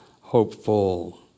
hopeful